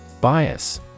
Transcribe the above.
Bias